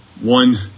one